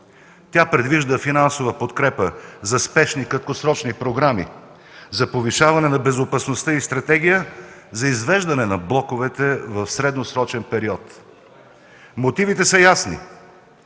Тя предвижда финансова подкрепа за спешни краткосрочни програми за повишаване на безопасността и стратегия за извеждане на блоковете в средносрочен период. Мотивите са ясни